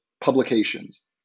publications